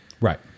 Right